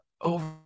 over